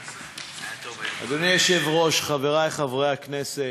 אדוני היושב-ראש, חברי חברי הכנסת,